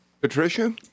Patricia